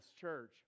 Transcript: church